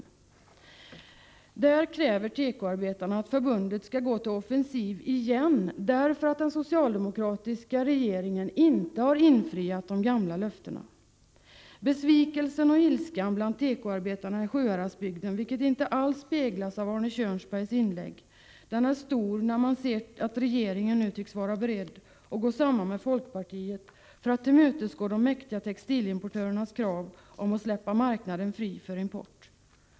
I motionen kräver tekoarbetarna att förbundet skall gå till offensiv igen, därför att den socialdemokratiska regeringen inte har infriat de gamla löftena. Besvikelsen och ilskan bland tekoarbetarna i Sjuhäradsbygden är stor, vilket inte alls speglas av Arne Kjörnsbergs inlägg, när man nu ser att regeringen nu tycks vara beredd att man skall gå samman med folkpartiet för att tillmötesgå de mäktiga textilimportörernas krav på att släppa marknaden fri för import.